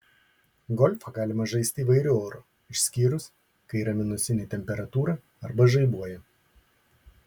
golfą galima žaisti įvairiu oru išskyrus kai yra minusinė temperatūra arba žaibuoja